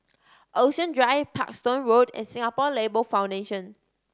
Ocean Drive Parkstone Road and Singapore Labour Foundation